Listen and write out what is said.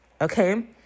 Okay